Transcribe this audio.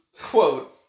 quote